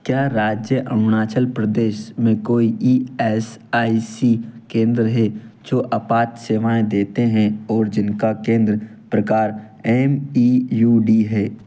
क्या राज्य अरुणाचल प्रदेश में कोई ई एस आई सी केंद्र हैं जो आपात सेवाएँ देते हैं और जिनका केंद्र प्रकार एम ई यू डी है